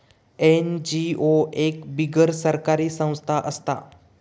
NGO एक बिगर सरकारी संस्था असता